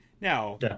Now